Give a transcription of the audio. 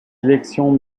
élections